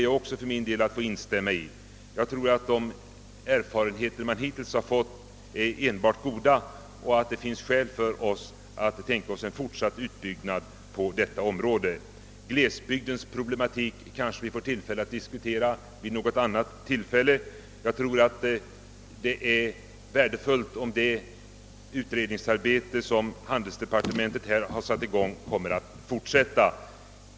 Jag tror att de hittills vunna erfarenheterna är enbart goda och att det finns skäl att tänka sig en fortsatt utbyggnad av dessa kommittéer. Glesbygdens problematik får vi kanske anledning att diskutera vid något annat tillfälle. Det är nog värdefullt om det utredningsarbete som handelsdepartementet börjat kommer att fortsätta.